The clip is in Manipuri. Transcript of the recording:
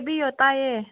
ꯍꯥꯏꯕꯤꯌꯣ ꯇꯥꯏꯌꯦ